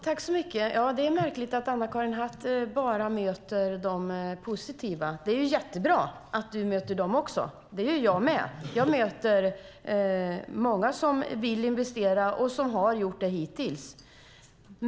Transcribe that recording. Fru talman! Det är märkligt att Anna-Karin Hatt bara möter dem som är positiva. Men det är ju jättebra att du möter dem också. Det gör jag med. Jag möter många som vill investera och som har gjort det hittills.